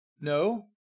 No